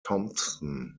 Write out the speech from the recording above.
thompson